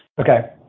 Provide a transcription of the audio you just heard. Okay